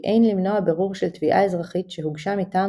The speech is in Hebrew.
כי אין למנוע בירור של תביעה אזרחית שהוגשה מטעם